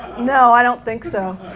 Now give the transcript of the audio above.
no. i don't think so.